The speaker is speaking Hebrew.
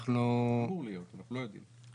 אמור להיות, אנחנו לא יודעים.